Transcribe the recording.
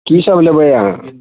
की सब लेबय अहाँ